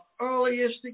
earliest